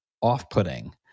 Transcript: off-putting